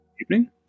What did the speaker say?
Evening